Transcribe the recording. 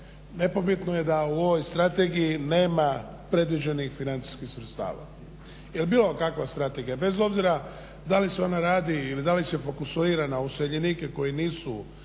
nepobitno je da u ovoj strategiji nema predviđenih financijskih sredstava. Ili bilo kakva strategija bez obzira da li se ona radi ili da li se fokusira na useljenike koji nisu